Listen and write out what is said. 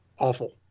Awful